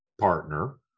partner